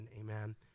Amen